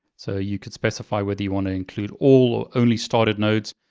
so you can specify whether you want to include all or only started nodes.